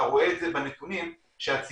אתה רואה את זה בנתונים שהציבור,